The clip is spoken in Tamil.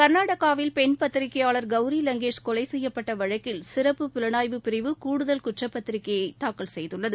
கர்நாடவில் பெண் பத்திரிகையாளர் கௌரி லங்கேஷ் கொலை வழக்கில் சிறப்பு புலனாய்வு பிரிவு கூடுதல் குற்றப்பத்திரிகை தாக்கல் செய்துள்ளது